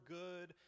good